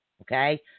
Okay